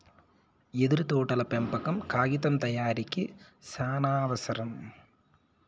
యెదురు తోటల పెంపకం కాగితం తయారీకి సానావసరం